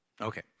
Okay